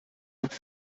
nach